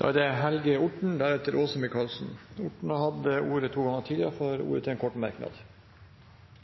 Representanten Helge Orten har hatt ordet to ganger tidligere og får ordet til en kort merknad,